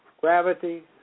gravity